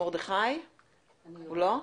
הוא לא?